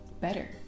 better